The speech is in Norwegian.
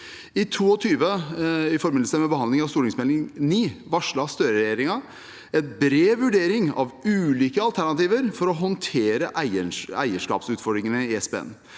2021–2022 varslet Støre-regjeringen en bred vurdering av ulike alternativer for å håndtere eierskapsutfordringene i SPN.